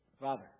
Father